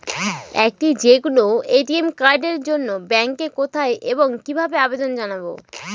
একটি যে কোনো এ.টি.এম কার্ডের জন্য ব্যাংকে কোথায় এবং কিভাবে আবেদন জানাব?